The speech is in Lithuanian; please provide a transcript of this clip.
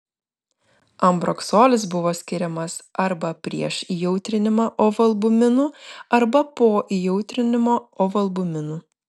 ambroksolis buvo skiriamas arba prieš įjautrinimą ovalbuminu arba po įjautrinimo ovalbuminu